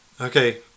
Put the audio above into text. okay